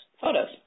photos